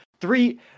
three